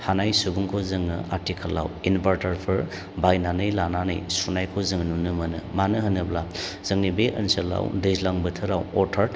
हानाय सुबुंखौ जोंनो आथिखालाव इनभार्टारफोर बायनानै लानानै सुनायखौ जोङो नुनो मोनो मानो होनोब्ला जोंनि बे ओनसोलाव दैज्लां बोथोराव अरथाथ